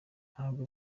ntabwo